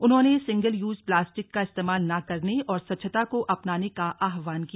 उन्होंने single use plastic का इस्तेमाल न करने और स्वच्छता को अपनाने का आहवान किया